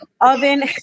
oven